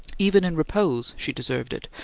even in repose she deserved it,